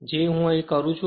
જે હું અહીં કહું છું